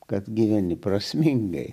kad gyveni prasmingai